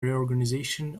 reorganization